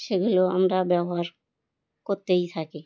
সেগুলো আমরা ব্যবহার করতেই থাকি